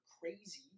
crazy